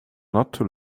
not